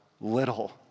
little